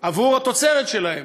עבור התוצרת שלהם.